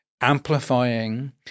amplifying